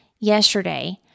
yesterday